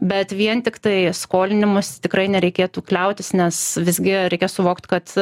bet vien tiktai skolinimusi tikrai nereikėtų kliautis nes visgi reikia suvokt kad